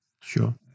Sure